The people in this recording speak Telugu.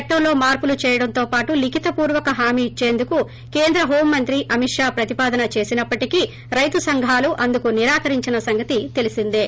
చట్టంలో మార్సులు చేయడంతో పాటు లీఖిత పూర్వక హామీ ఇచ్చేందుకు కేంద్ర హోంమంత్రి అమిత్షా ప్రతిపాదన చేసినప్పటికీ రైతు సంఘాలు అందుకు నిరాకరించిన సంగతి తెలిసిందే